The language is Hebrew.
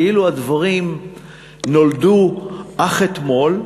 כאילו הדברים נולדו אך אתמול,